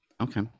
Okay